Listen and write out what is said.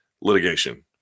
Litigation